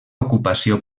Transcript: ocupació